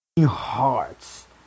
hearts